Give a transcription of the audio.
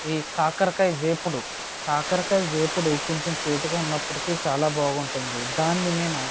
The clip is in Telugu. ఈ కాకరకాయ వేపుడు కాకరకాయ వేపుడు కొంచం చేదుగా ఉన్నప్పటికీ చాలా బాగుంటుంది దాన్ని నేను